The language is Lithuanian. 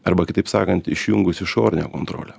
arba kitaip sakant išjungus išorinę kontrolę